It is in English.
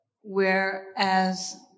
whereas